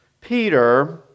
Peter